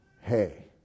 hey